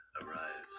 arrive